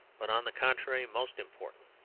but on the contrary most important,